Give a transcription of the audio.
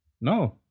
No